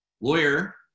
Lawyer